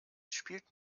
spielt